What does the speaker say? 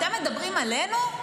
אתם מדברים עלינו?